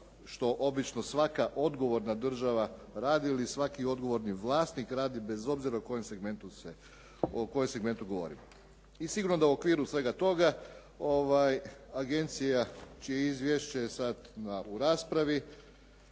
što obično svaka odgovorna država radi ili svaki odgovorni vlasnik radi bez obzira o kojem segmentu govorimo. I sigurno da u okviru svega toga agencija čije izvješće je sada u raspravi,